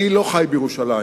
אני לא חי בירושלים,